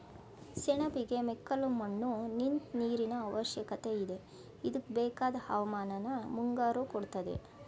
ಸೆಣಬಿಗೆ ಮೆಕ್ಕಲುಮಣ್ಣು ನಿಂತ್ ನೀರಿನಅವಶ್ಯಕತೆಯಿದೆ ಇದ್ಕೆಬೇಕಾದ್ ಹವಾಮಾನನ ಮುಂಗಾರು ಕೊಡ್ತದೆ